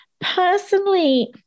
Personally